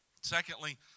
Secondly